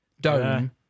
dome